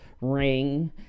ring